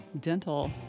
dental